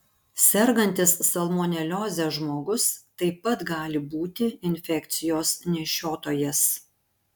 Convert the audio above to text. sergantis salmonelioze žmogus taip pat gali būti infekcijos nešiotojas